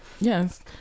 yes